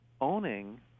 owning